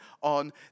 on